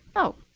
oh.